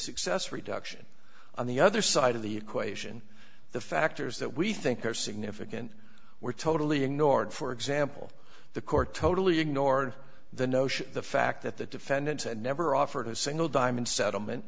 success reduction on the other side of the equation the factors that we think are significant were totally ignored for example the court totally ignored the notion the fact that the defendant said never offered a single dime in settlement